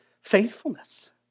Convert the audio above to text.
faithfulness